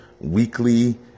weekly